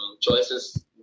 choices